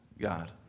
God